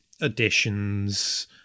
additions